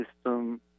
system